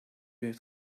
heeft